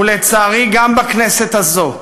ולצערי גם בכנסת הזאת,